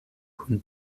kun